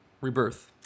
rebirth